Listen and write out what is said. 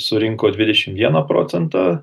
surinko dvidešimt vieną procentą